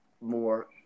more